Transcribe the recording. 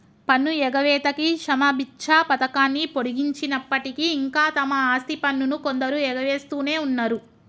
పన్ను ఎగవేతకి క్షమబిచ్చ పథకాన్ని పొడిగించినప్పటికీ ఇంకా తమ ఆస్తి పన్నును కొందరు ఎగవేస్తునే ఉన్నరు